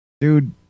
Dude